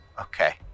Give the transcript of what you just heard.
Okay